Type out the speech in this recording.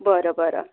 बरं बरं